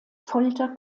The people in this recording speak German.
folter